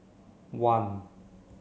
one